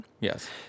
Yes